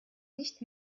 nicht